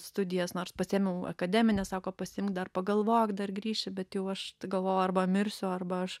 studijas nors pasiėmiau akademines sako pasiimk dar pagalvok dar grįši bet jau aš galvojau arba mirsiu arba aš